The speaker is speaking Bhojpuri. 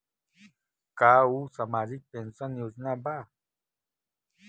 का उ सामाजिक पेंशन योजना बा?